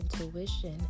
intuition